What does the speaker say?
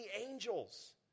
angels